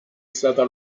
stata